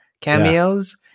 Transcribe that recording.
cameos